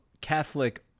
Catholic